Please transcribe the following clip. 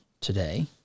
today